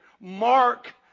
Mark